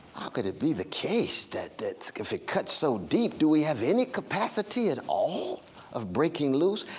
how could it be the case that that if it cuts so deep, do we have any capacity at all of breaking loose?